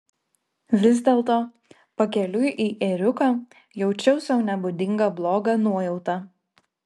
vis dėlto pakeliui į ėriuką jaučiau sau nebūdingą blogą nuojautą